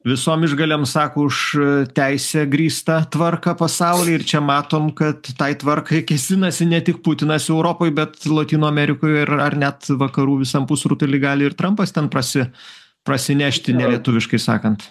visom išgalėm sako už teise grįstą tvarką pasauly ir čia matom kad tai tvarkai kėsinasi ne tik putinas europoj bet lotynų amerikoj ir ar net vakarų visam pusrutuly gali ir trampas ten prasi prasinešti nelietuviškai sakant